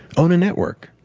own a network.